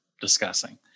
discussing